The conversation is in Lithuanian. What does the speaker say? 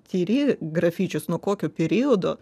tyri grafičius nuo kokio periodo